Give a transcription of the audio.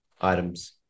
items